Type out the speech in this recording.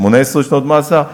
18 שנות מאסר?